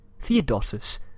Theodotus